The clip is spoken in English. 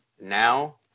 Now